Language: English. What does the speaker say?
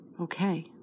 okay